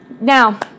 now